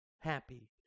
Happy